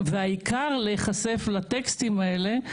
והעיקר להיחשף לטקסטים האלה,